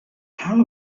how